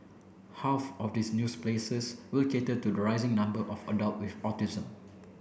half of these news places will cater to the rising number of adult with autism